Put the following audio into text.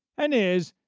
and is,